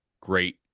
great